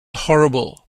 horrible